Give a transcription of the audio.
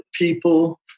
people